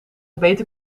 beter